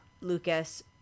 Lucas